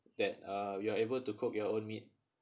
that uh we are able to cook your own meat